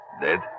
Dead